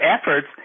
efforts